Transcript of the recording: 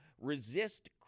resist